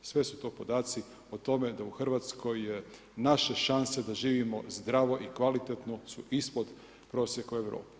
Sve su to podaci o tome da u Hrvatskoj je naše šanse da živimo zdravo i kvalitetno su ispod prosjeka Europe.